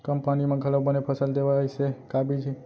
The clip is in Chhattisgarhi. कम पानी मा घलव बने फसल देवय ऐसे का बीज हे?